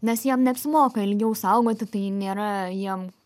nes jiem neapsimoka ilgiau saugoti tai nėra jiem